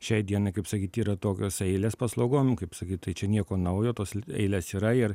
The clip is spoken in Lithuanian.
šiai dienai kaip sakyt yra tokios eilės paslaugom kaip sakyt tai čia nieko naujo tos eilės yra ir